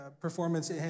performance